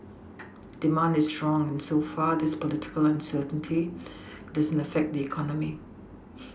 demand is strong and so far this political uncertainty doesn't affect the economy